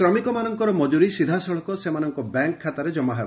ଶ୍ରମିକମାନଙ୍କର ମଜୁରୀ ସିଧାସଳଖ ସେମାନଙ୍କ ବ୍ୟାଙ୍କ ଖାତାରେ କମା ହେବ